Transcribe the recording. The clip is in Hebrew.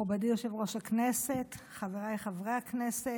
מכובדי יושב-ראש הכנסת, חבריי חברי הכנסת,